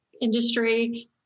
industry